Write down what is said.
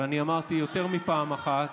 אבל אני אמרתי יותר מפעם אחת,